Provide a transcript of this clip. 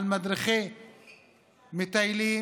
מדריכי מטיילים,